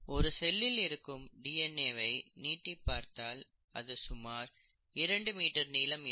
ஒரு செல்லில் இருக்கும் டிஎன்ஏ வை நீட்டி பார்த்தால் அது சுமார் 2 மீட்டர் நீளம் இருக்கும்